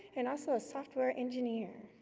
and also a software engineer.